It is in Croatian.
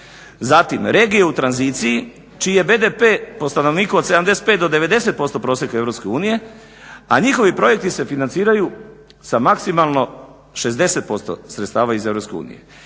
Zatim regije u tranziciji čiji je BDP po stanovniku od 75 do 90% prosjeka Europske unije, a njihovi projekti se financiraju sa maksimalno 60% sredstava iz